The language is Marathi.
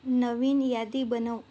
नवीन यादी बनव